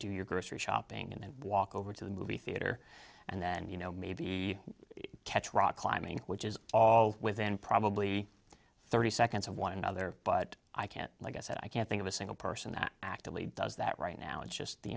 do your grocery shopping and walk over to the movie theater and then you know maybe catch rock climbing which is all within probably thirty seconds of one another but i can't like i said i can't think of a single person that actively does that right now it's just the